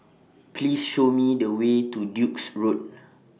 Please Show Me The Way to Duke's Road